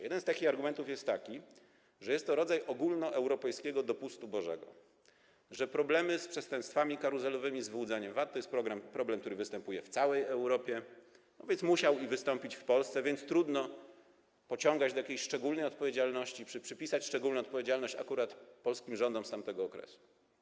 Jeden z takich argumentów jest taki, że jest to rodzaj ogólnoeuropejskiego dopustu bożego, że problemy z przestępstwami karuzelowymi, z wyłudzaniem VAT to są problemy, które występują w całej Europie, więc musiały wystąpić i w Polsce, i trudno pociągać do jakiejś szczególnej odpowiedzialności czy przypisać szczególną odpowiedzialność akurat polskim rządom z tamtego okresu.